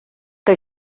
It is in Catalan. que